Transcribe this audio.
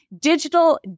digital